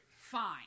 fine